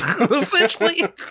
Essentially